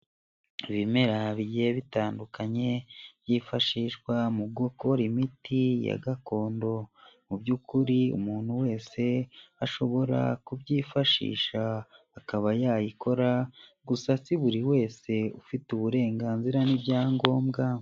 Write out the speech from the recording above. Ibimera bigiye bitandukanye, byifashishwa mu gukora imiti ya gakondo, mu by'ukuri umuntu wese ashobora kubyifashisha akaba yayikora, gusa si buri wese ufite uburenganzira n'ibyangombwa.